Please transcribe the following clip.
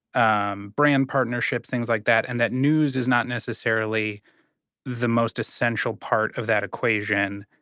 um brand partnerships, things like that. and that news is not necessarily the most essential part of that equation.